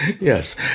Yes